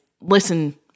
listen